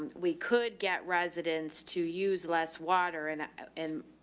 we could get residents to use less water and ah, and